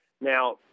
Now